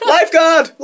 Lifeguard